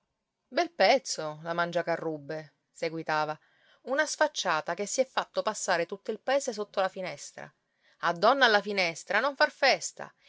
bel pezzo la mangiacarrubbe seguitava una sfacciata che si è fatto passare tutto il paese sotto la finestra a donna alla finestra non far festa